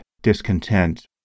discontent